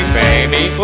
baby